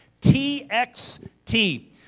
T-X-T